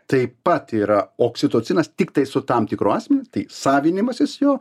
tai taip pat yra oksitocinas tiktai su tam tikru asmeniu tai savinimasis jo